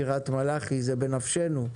קריית מלאכי זה בנפשנו,